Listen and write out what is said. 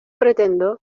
pretendo